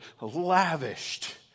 lavished